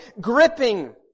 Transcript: gripping